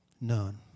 none